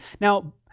Now